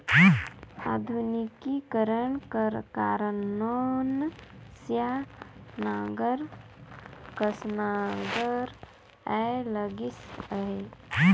आधुनिकीकरन कर कारन नवनसिया नांगर कस नागर आए लगिस अहे